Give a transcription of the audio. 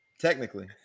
Technically